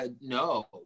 No